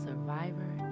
Survivor